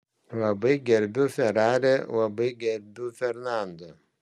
labai gerbiu ferrari labai gerbiu fernando